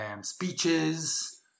speeches